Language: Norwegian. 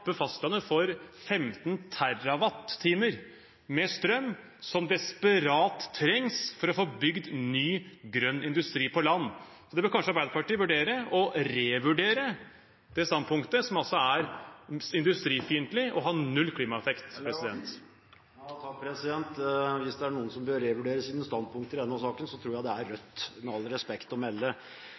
for 15 TWh med strøm, som desperat trengs for å få bygd ny, grønn industri på land. Det standpunktet bør kanskje Arbeiderpartiet vurdere å revurdere. Det er industrifiendtlig og har null klimaeffekt. Hvis det er noen som bør revurdere sine standpunkter i denne saken, tror jeg det er Rødt – med all respekt å melde.